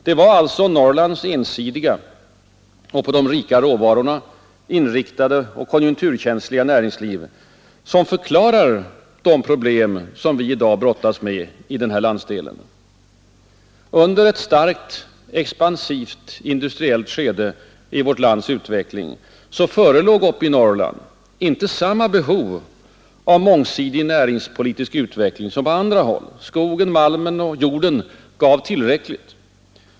Det är alltså Norrlands ensidiga och på de rika råvarorna inriktade konjunkturkänsliga näringsliv som förklarar de problem som vi nu brottas med i denna landsdel. Under ett starkt expansivt industriellt skede i vårt lands utveckling förelåg uppe i Norrland inte samma behov av mångsidig näringspolitisk utveckling som på andra håll. Skogen, malmen och jorden gav tillräckligt.